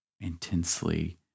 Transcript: intensely